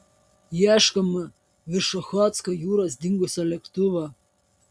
ieškoma virš ochotsko jūros dingusio lėktuvo